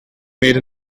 made